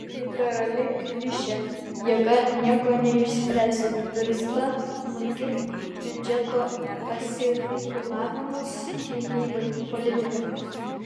liberali klišė jėga nieko neišspręsi virsta nukirpk biudžeto asignavimus gynybai politika